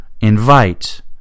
invite